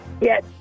Yes